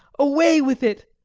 away with it!